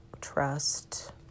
trust